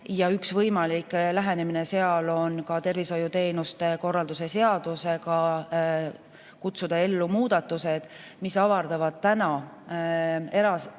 Üks võimalik lähenemine seal on tervishoiuteenuste korraldamise seadusega kutsuda ellu muudatused, mis avardavad täna